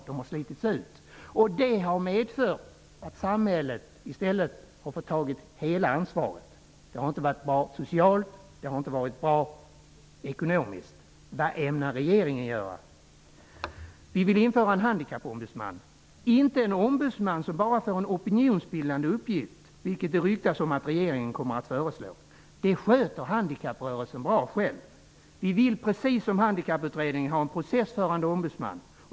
De har slitits ut. Det har medfört att samhället i stället har fått ta hela ansvaret. Det har inte varit bra socialt. Det har inte varit bra ekonomiskt. Vad ämnar regeringen göra? Vi vill införa en handikappombudsman. Det skall inte vara en ombudsman som bara får en opinionsbildande uppgift, vilket det ryktas om att regeringen kommer att föreslå. Det sköter handikapprörelsen bra själv. Vi vill, precis som Handikapputredningen, ha en processförande ombudsman.